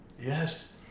yes